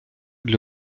для